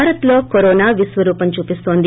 భారత్లో కరోనా విశ్వరూపం చూపిస్తోంది